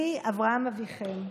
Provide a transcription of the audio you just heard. אני אברהם אביכם.